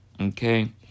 Okay